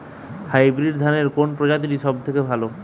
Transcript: Hybrid ধানের কোন প্রজীতিটি সবথেকে ভালো?